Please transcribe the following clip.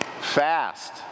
Fast